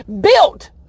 built